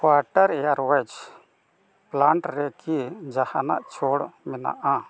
quarter air ᱚᱭᱮᱡᱽ plant ᱨᱮ ᱠᱤ ᱡᱟᱦᱟᱱᱟᱜ ᱪᱷᱚᱲ ᱢᱮᱱᱟᱜᱼᱟ